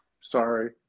Sorry